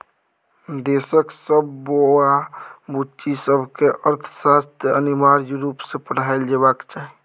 देशक सब बौआ बुच्ची सबकेँ अर्थशास्त्र अनिवार्य रुप सँ पढ़ाएल जेबाक चाही